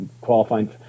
qualifying